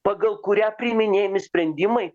pagal kurią priiminėjami sprendimai